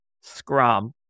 Scrum